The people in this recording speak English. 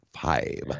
five